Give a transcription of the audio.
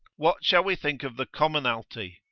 what shall we think of the commonalty?